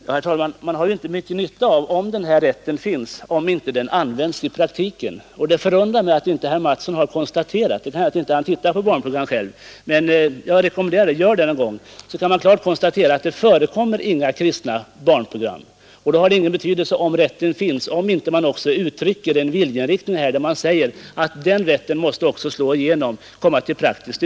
Herr talman! Man har inte mycken nytta av att den rätten finns, om den inte används i praktiken. Det förundrar mig att inte herr Mattsson i Lane-Herrestad har konstaterat det men det kan ju hända att han inte ser på barnprogrammen. Jag rekommenderar honom att göra det någon gång. Då kan han själv klart konstatera att det inte förekommer några kristna barnprogram. Det har ingen betydelse om den rätt herr Mattsson talar om finns, ifall man inte också samtidigt uttrycker en viljeinriktning, där man klart säger att rätten att göra kristna barnprogram måste också slå igenom i praktiken.